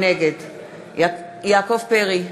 נגד יעקב פרי,